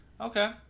Okay